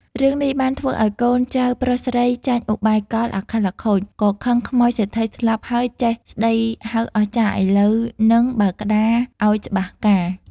រឿងនេះបានធ្វើឲ្យកូនចៅស្រីប្រុសចាញ់ឧបាយកលអាខិលអាខូច ក៏ខឹងខ្មោចសេដ្ឋីស្លាប់ហើយចេះស្ដីហៅអស្ចារ្យឥឡូវ នឹងបើក្ដារឱ្យច្បាស់ការ។